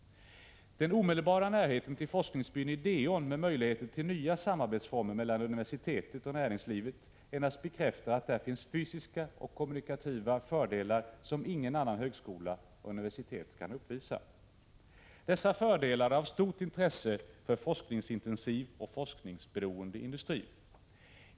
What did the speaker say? Den omedelbara närheten till forskningsbyn Ideon med möjligheter till nya samarbetsformer mellan universitetet och näringslivet endast bekräftar att där finns fysiska och kommunikativa fördelar som ingen annan högskola och inget annat universitet kan uppvisa. Dessa fördelar är av stort intresse för forskningsintensiv och forskningsberoende industri.